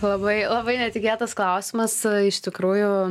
labai labai netikėtas klausimas iš tikrųjų